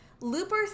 Looper